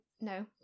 No